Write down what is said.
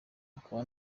akaba